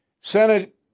Senate